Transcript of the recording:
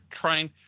trying